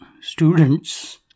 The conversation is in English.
students